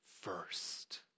first